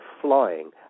flying